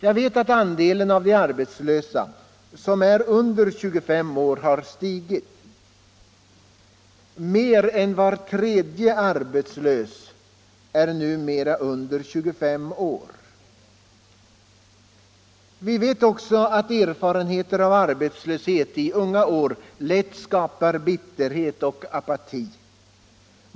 Vi vet att andelen av de arbetslösa som är under 25 år har stigit — mer än var tredje arbetslös är numera under 25 år. Vi vet också att erfarenhet av arbetslöshet i unga år lätt skapar bitterhet och apati.